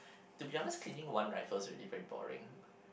to be honest cleaning one rifle is already very boring